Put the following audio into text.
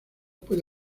puede